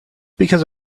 because